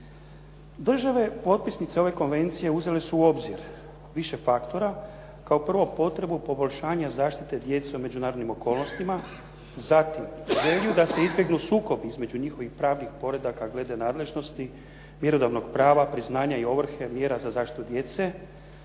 Države potpisnice ove konvencije uzele su u obzir više faktora. Kao prvo potrebu poboljšanja zaštite djece u međunarodnim okolnostima, zatim želju da se izbjegnu sukobi između njihovih pravnih poredaka glede nadležnosti, mjerodavnog prava, priznanja i ovrhe, mjera za zaštitu djece